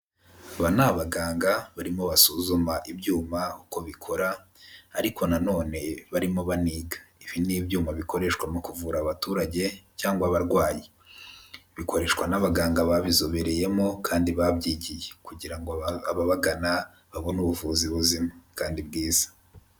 Aba ni abaganga barimo basuzuma ibyuma uko bikora ariko nanone barimo baniga ibi ni ibyuma bikoreshwa mu kuvura abaturage cyangwa abarwayi, bikoreshwa n'abaganga babizobereyemo kandi babyigiye kugira ngo ababagana babone ubuvuzi buzima kandi bwiza.